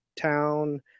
town